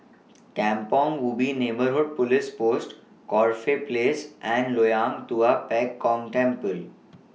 Kampong Ubi Neighbourhood Police Post Corfe Place and Loyang Tua Pek Kong Temple